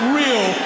real